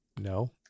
No